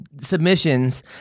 submissions